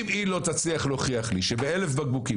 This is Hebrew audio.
אם היא לא תצליח להוכיח לי שב-1,000 בקבוקים